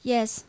Yes